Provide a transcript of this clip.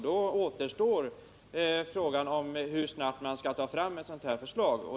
Då återstår frågan om hur snabbt man skall kunna ta fram ett sådant förslag.